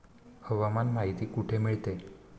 हवामान माहिती कुठे मिळते?